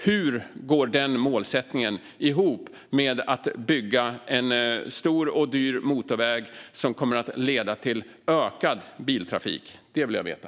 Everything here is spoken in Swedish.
Hur går den målsättningen ihop med att bygga en stor och dyr motorväg som kommer att leda till ökad biltrafik? Det vill jag veta.